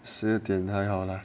十点太好了